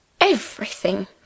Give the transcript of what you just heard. Everything